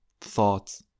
thought